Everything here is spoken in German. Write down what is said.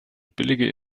billige